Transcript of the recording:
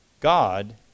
God